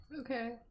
Okay